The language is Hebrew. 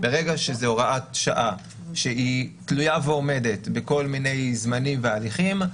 ברגע שזו הוראת שעה שתלויה ועומדת בכל מיני זמנים והליכים,